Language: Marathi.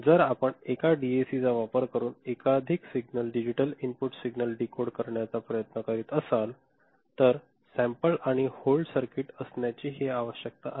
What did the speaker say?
जर आपण एका डीएसीचा वापर करून एकाधिक signal digital input signal decode करण्याचा प्रयत्न करीत असाल तर सॅम्पल आणि होल्ड सर्किट असण्याची ही आवश्यकता आहे